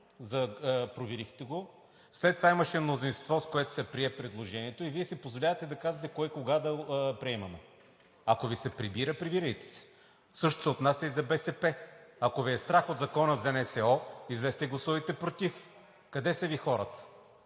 проверихте го, а след това имаше мнозинство, с което се прие предложението, и Вие си позволявате да казвате кое и кога да бъде приемано. Ако Ви се прибира, прибирайте се! Същото се отнася и за БСП. Ако Ви е страх от Закона за НСО, излезте и гласувайте против! Къде са Ви хората?